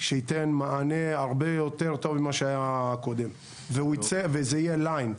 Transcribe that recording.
שייתן מענה הרבה יותר טוב ממה שהיה קודם וזה יהיה ליין,